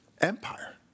empire